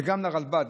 וגם לרלב"ד,